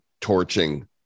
torching